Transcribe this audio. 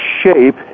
shape